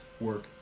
work